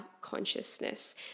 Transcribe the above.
consciousness